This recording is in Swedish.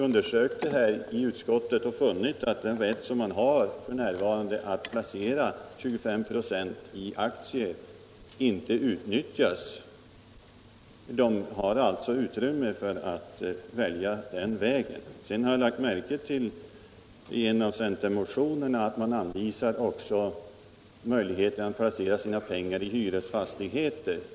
Vi har i utskottet funnit att den rätt man har att placera 25 94 i aktier inte utnyttjas. Kyrkan har alltså utrymme för att välja den möjligheten. Jag har vidare lagt märke till att man i en av centermotionerna anvisar möjligheten att placera pengarna i hyresfastigheter.